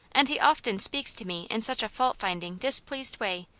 and he often speaks to me in such a fault-finding, displeased way,